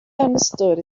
understood